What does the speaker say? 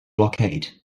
blockade